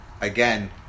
again